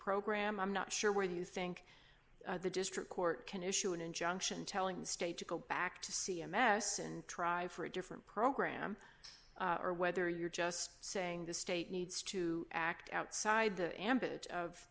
program i'm not sure where do you think the district court can issue an injunction telling the state to go back to c m s and try for a different program or whether you're just saying the state needs to act outside the